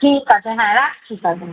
ঠিক আছে হ্যাঁ রাখছি তাহলে